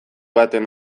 batean